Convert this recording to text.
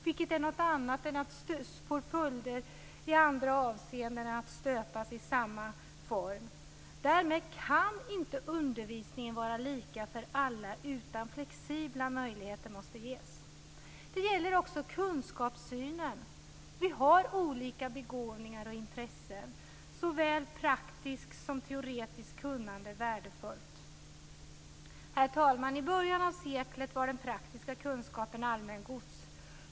Det är något annat än att stöpas i samma form, och det får andra följder. Därmed kan inte undervisningen vara lika för alla. Flexibla möjligheter måste ges. Detta gäller också kunskapssynen. Vi har olika begåvningar och intressen. Såväl praktiskt som teoretiskt kunnande är värdefullt. Herr talman! I början av seklet var den praktiska kunskapen allmängods.